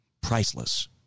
Priceless